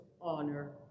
honor